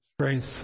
strength